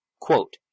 Quote